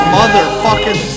Motherfucking